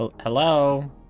hello